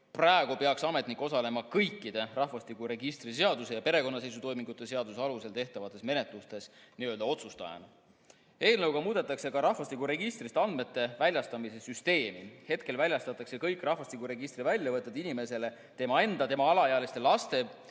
Praegu peaks ametnik osalema kõikide rahvastikuregistri seaduse ja perekonnaseisutoimingute seaduse alusel tehtavates menetlustes n-ö otsustajana. Eelnõuga muudetakse ka rahvastikuregistrist andmete väljastamise süsteemi. Hetkel väljastatakse kõik rahvastikuregistri väljavõtted inimesele tema enda, tema alaealiste laste